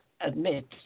...admits